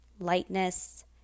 lightness